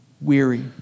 weary